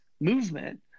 movement